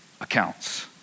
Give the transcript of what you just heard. accounts